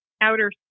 outer